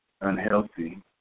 unhealthy